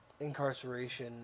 incarceration